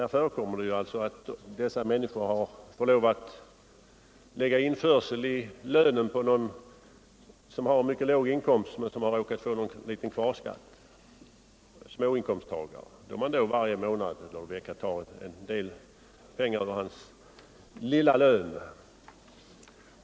Det förekommer att man får lov att verkställa införsel i lönen för personer som har en mycket låg inkomst men som råkat få någon liten kvarskatt — man får alltså varje månad eller vecka ta en del pengar ur sådana småinkomsttagares lilla lön.